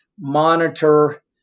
monitor